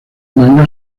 manga